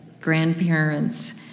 Grandparents